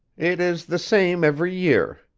it is the same every year.